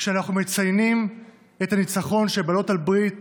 כשאנחנו מציינים את הניצחון של בעלות הברית